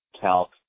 calc